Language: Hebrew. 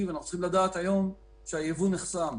ואנחנו צריכים לדעת היום שהייבוא נחסם,